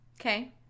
Okay